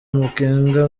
makenga